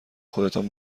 خودتان